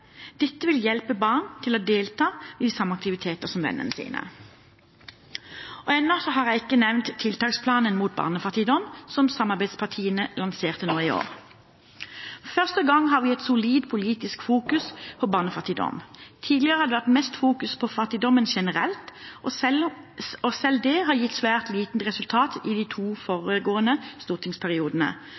Dette vil hjelpe barn til å delta i samme aktiviteter som vennene sine. Ennå har jeg ikke nevnt tiltaksplanen mot barnefattigdom som samarbeidspartiene lanserte nå i år. For første gang har vi et solid politisk fokus på barnefattigdom. Tidligere har det vært mest fokus på fattigdom generelt, og selv det har gitt svært lite resultat i de to foregående stortingsperiodene.